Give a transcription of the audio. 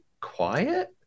quiet